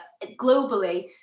globally